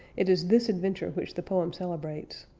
it is this adventure which the poem celebrates.